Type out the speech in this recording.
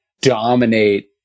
dominate